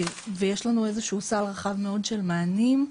יש לנו איזשהו סל רחב מאוד של מענים,